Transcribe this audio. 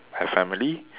have family